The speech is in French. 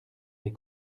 les